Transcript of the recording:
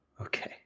Okay